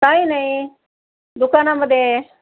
काही नाही दुकानामध्ये आहे